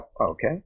okay